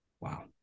wow